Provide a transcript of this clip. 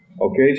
Okay